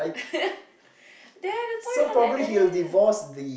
there the story all like that